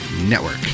Network